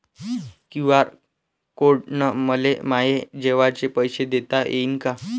QR code न मले माये जेवाचे पैसे देता येईन का?